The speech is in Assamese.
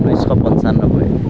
ঊনৈছশ পঞ্চান্নব্বৈ